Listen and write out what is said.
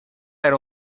era